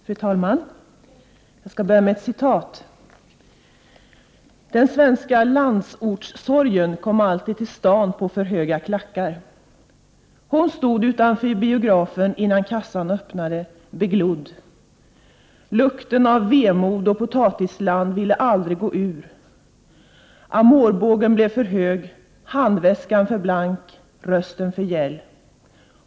Fru talman! Jag skall börja med ett citat: ”Den svenska landsortssorgen kom alltid till stan på för höga klackar. Hon stod utanför biografen innan kassan öppnade, beglodd. Lukten av vemod och potatisland ville aldrig gå ur. Amorbågen blev för hög, handväskan för blank, rösten för gäll.